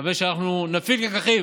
אני מקווה שאנחנו נפיק לקחים